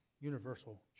universal